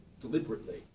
deliberately